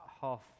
half